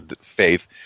faith